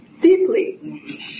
deeply